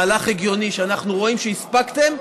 מהלך הגיוני שאנחנו רואים שהספקתם,